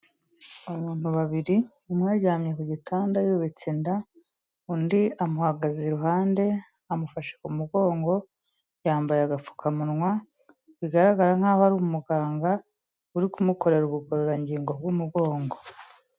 Abantu babiri umwe aryamye ku gitanda yubitse inda, undi amuhagaze iruhande amufashe ku mugongo, yambaye agapfukamunwa, bigaragara nk'aho ari umuganga uri kumukorera ubugororangingo bw'umugongo.